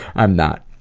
i'm not.